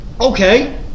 okay